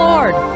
Lord